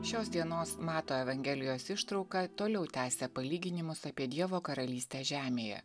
šios dienos mato evangelijos ištrauka toliau tęsia palyginimus apie dievo karalystę žemėje